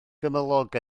gymylog